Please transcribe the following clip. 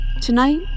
Tonight